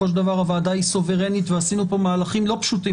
בסופו שלד בר הוועדה היא סוברנית ועשינו מהלכים לא פשוטים